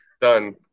done